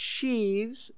sheaves